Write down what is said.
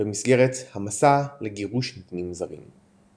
במסגרת "המסע לגירוש נתינים זרים".